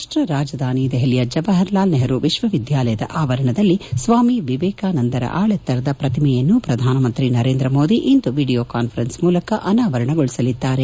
ರಾಷ್ಟ ರಾಜಧಾನಿ ದೆಹಲಿಯ ಜವಹರಲಾಲ್ ನೆಪರೂ ವಿಶ್ವವಿದ್ಯಾಲಯ ಆವರಣದಲ್ಲಿ ಸ್ವಾಮಿ ವಿವೇಕಾನಂದರ ಆಳೆತ್ತರದ ಪ್ರತಿಮೆಯನ್ನು ಪ್ರಧಾನಮಂತ್ರಿ ನರೇಂದ್ರಮೋದಿ ಇಂದು ವಿಡಿಯೋ ಕಾನ್ಫರೆನ್ಸ್ ಮೂಲಕ ಅನಾವರಣಗೊಳಿಸಲಿದ್ದಾರೆ